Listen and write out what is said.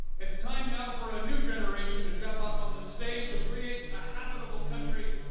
it's time now for a new generation to jump up on the stage and create a habitable country,